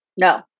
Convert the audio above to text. No